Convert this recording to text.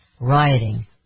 Rioting